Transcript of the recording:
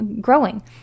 growing